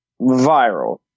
viral